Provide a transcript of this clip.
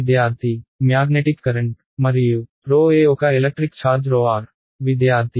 విద్యార్థి magnetic current మరియు e ఒక ఎలక్ట్రిక్ ఛార్జ్ rr